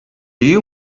you